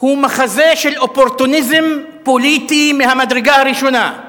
הוא מחזה של אופורטוניזם פוליטי מהמדרגה הראשונה,